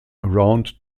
round